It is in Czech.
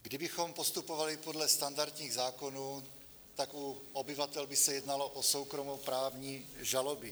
Kdybychom postupovali podle standardních zákonů, tak u obyvatel by se jednalo o soukromoprávní žaloby.